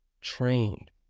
trained